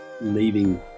leaving